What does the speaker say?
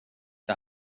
där